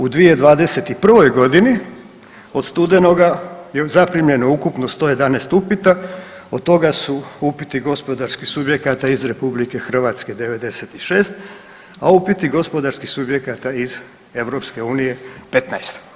U 2021. godini od studenoga zaprimljeno je ukupno 111 upita od toga su upiti gospodarskih subjekata iz RH 96, a upiti gospodarskih subjekata iz EU 15.